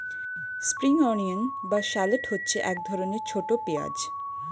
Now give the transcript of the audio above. spring onion বা shallot হচ্ছে এক ধরনের ছোট পেঁয়াজ